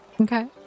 Okay